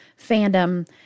fandom